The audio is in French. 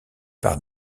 par